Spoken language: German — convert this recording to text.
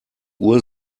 uhr